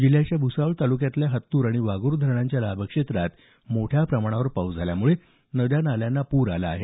जिल्ह्याच्या भुसावळ तालुक्यातल्या हतनूर आणि वाघर धरणांच्या लाभ क्षेत्रात मोठ्या प्रमाणावर पाऊस झाल्यामुळे नद्या नाल्यांना प्रर आला आहे